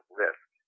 risk